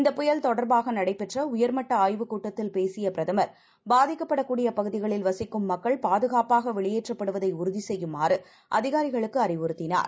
இந்தபுயல்தொடர்பாகநடைபெற்றஉயர்மட்டஆய்வுக்கூட்டத்தில்பேசியபிரத மர் பாதிக்கப்படக்கூடியபகுதிகளில்வசிக்கும்மக்கள்பாதுகாப்பாகவெளியேற்றப் படுவதைஉறுதிசெய்யுமாறுஅதிகாரிகளுக்குஅறிவுறுத்தினார்